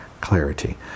clarity